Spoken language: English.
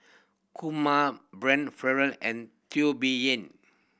Kumar Brian Farrell and Teo Bee Yen